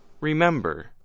remember